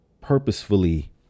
purposefully